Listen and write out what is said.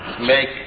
make